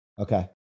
Okay